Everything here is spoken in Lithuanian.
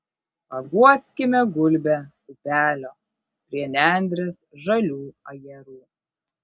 paguoskime gulbę upelio prie nendrės žalių ajerų